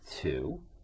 two